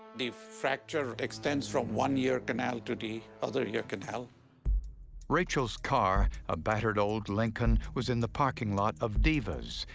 the fracture extends from one ear canal to the other ear canal. narrator rachel's car, a battered old lincoln, was in the parking lot of divas,